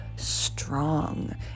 strong